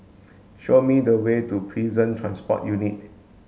show me the way to Prison Transport Unit